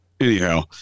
anyhow